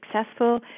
successful